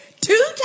two